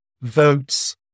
votes